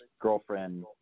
girlfriend